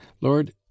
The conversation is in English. Lord—